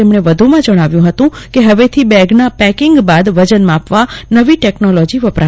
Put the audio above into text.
તેમજો વધુમાં જજ્ઞાવ્યું હતું કે હવેથી બેગના પેકીંગ બાદ વજન માપવા નવી ટેકનોલોજી વપરાશે